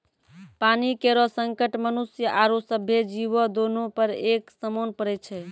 पानी केरो संकट मनुष्य आरो सभ्भे जीवो, दोनों पर एक समान पड़ै छै?